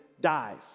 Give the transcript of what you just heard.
dies